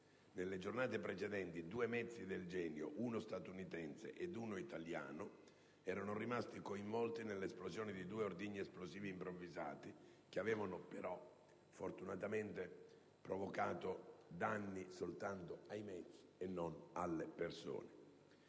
nelle giornate precedenti due mezzi del genio, uno statunitense e uno italiano, erano rimasti coinvolti nell'esplosione di due ordigni esplosivi improvvisati, che avevano però fortunatamente provocato danni soltanto ai mezzi e non alle persone.